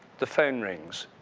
the phone rings.